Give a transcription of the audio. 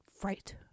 fright